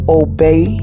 obey